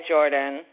Jordan